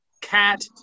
Cat